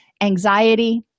anxiety